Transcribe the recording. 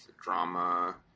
drama